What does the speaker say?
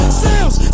sales